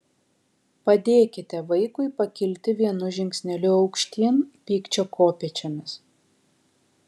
padėkite vaikui pakilti vienu žingsneliu aukštyn pykčio kopėčiomis